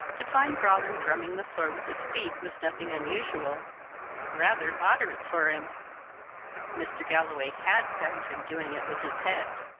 to find roland drumming the floor with his feet was nothing unusual rather moderate for him mr. galloway had found him doing it with his head.